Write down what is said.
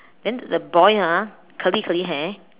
then the boy ah curly curly hair